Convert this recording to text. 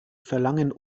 verlangen